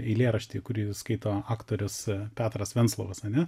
eilėraštį kurį skaito aktorius petras venslovas ane